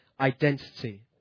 identity